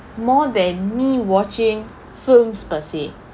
more than me watching films per se